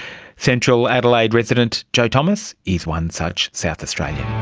central adelaide resident jo thomas is one such south australian.